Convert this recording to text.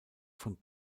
von